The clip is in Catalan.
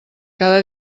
cada